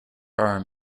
arm